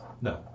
No